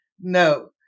No